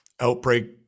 outbreak